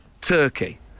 turkey